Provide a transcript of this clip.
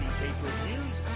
pay-per-views